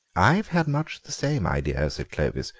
i've had much the same idea, said clovis,